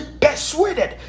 persuaded